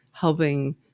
helping